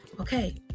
Okay